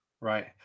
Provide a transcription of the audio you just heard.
Right